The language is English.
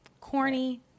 corny